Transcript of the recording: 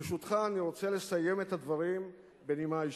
ברשותך, אני רוצה לסיים את הדברים בנימה אישית.